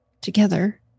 together